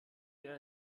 wer